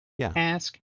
ask